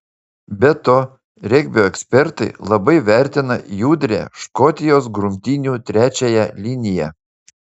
be to regbio ekspertai labai vertina judrią škotijos grumtynių trečiąją liniją